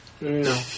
No